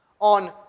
on